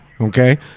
okay